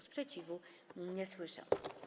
Sprzeciwu nie słyszę.